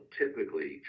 typically